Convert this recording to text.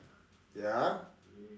ya